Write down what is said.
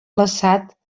glaçat